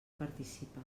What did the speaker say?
participa